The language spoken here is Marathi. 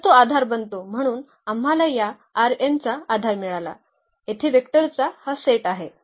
तर तो आधार बनतो म्हणून आम्हाला या चा आधार मिळाला येथे व्हेक्टरचा हा सेट आहे